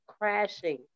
crashing